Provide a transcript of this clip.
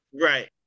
Right